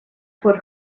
for